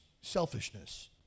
selfishness